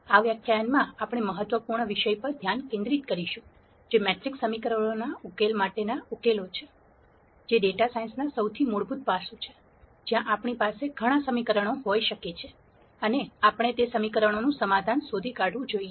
આ વ્યાખ્યાનમાં આપણે મહત્વપૂર્ણ વિષય પર ધ્યાન કેન્દ્રિત કરીશું જે મેટ્રિક્સ સમીકરણો માટેના ઉકેલો છે જે ડેટા સાયન્સના સૌથી મૂળભૂત પાસું છે જ્યાં આપણી પાસે ઘણાં સમીકરણો હોઈ શકે છે અને આપણે તે સમીકરણોનું સમાધાન શોધી કાધવું જોઈએ